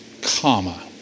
comma